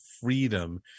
freedom